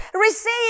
receive